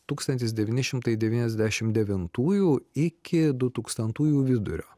tūkstantis devyni šimtai devyniasdešimt devintųjų iki du tūkstantųjų vidurio